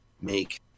make